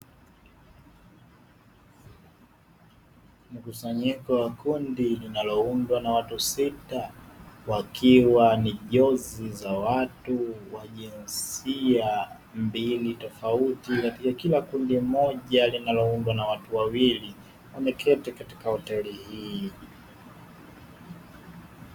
Mkusanyiko wa kundi linaloundwa na watu sita wakiwa ni jozi za watu wa jinsia mbili tofauti katika kila kundi moja linaloundwa na watu wawili, wameketi katika hoteli hii.